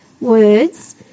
words